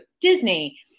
Disney